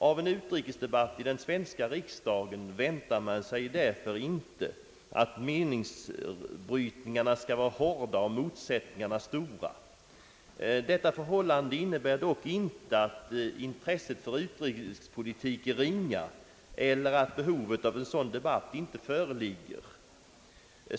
Av en utrikesdebatt i den svenska riksdagen väntar man sig därför inte att meningsbrytningarna skall vara hårda och motsättningarna stora. Detta förhållande innebär dock inte att intresset för utrikespolitik är ringa eller att behov av en sådan debatt inte föreligger.